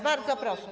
Bardzo proszę.